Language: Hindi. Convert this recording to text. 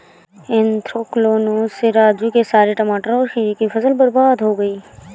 एन्थ्रेक्नोज से राजू के सारे टमाटर और खीरे की फसल बर्बाद हो गई